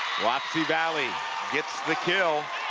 wapsie valley gets the kill.